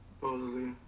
supposedly